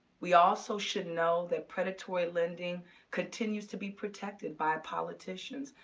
we also should know that predatory lending continues to be protected by politicians,